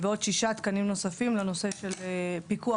ועוד שישה תקנים נוספים לנושא של פיקוח